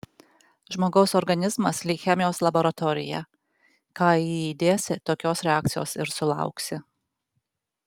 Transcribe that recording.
žmogaus organizmas lyg chemijos laboratorija ką į jį įdėsi tokios reakcijos ir sulauksi